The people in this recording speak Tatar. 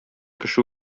кеше